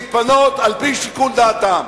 להתפנות על-פי שיקול דעתם.